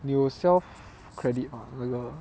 你有 self credit 吗那个